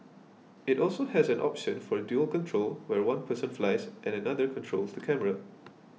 it also has an option for dual control where one person flies and another controls the camera